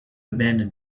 abandon